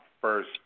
first